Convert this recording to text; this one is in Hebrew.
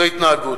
זו ההתנהגות.